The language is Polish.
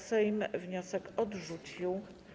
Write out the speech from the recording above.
Sejm wniosek odrzucił.